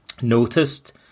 noticed